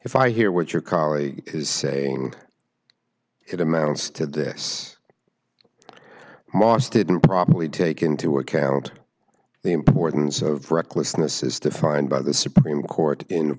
if i hear what your colleague is saying it amounts to this mosque didn't probably take into account the importance of recklessness as defined by the supreme court in